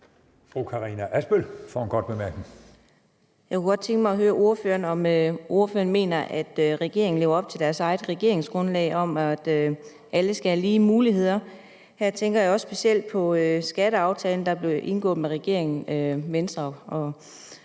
Jeg kunne godt tænke mig at høre ordføreren, om ordføreren mener, at regeringen lever op til sit eget regeringsgrundlag om, at alle skal have lige muligheder. Her tænker jeg specielt på skatteaftalen, der blev indgået mellem regeringen, Venstre og